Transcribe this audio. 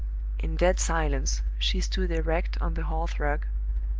in dead silence she stood erect on the hearth-rug,